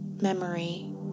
memory